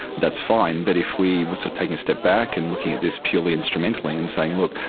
that's fine. but if we were so taking a step back and looking at this purely instrumentally and saying, look,